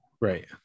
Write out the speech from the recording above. Right